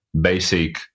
basic